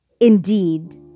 Indeed